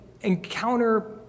encounter